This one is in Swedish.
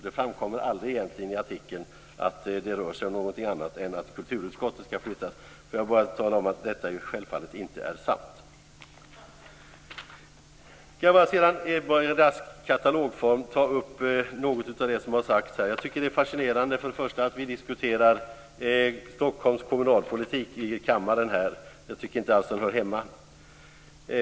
Det framkommer aldrig egentligen i artikeln att det rör sig om något annat än att kulturutskottet ska flyttas. Jag får bara tala om att detta ju självfallet inte är sant. Sedan vill jag bara raskt i katalogform ta upp något av det som har sagts här. Jag tycker för det första att det är fascinerande att vi diskuterar Stockholms kommunalpolitik i kammaren. Där tycker jag inte alls att den hör hemma.